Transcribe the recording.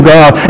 God